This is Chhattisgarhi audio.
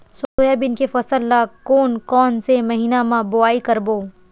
सोयाबीन के फसल ल कोन कौन से महीना म बोआई करबो?